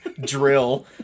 drill